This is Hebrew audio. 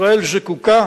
ישראל זקוקה